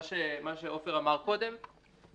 מה שעופר אמר קודם,